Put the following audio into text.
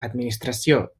administració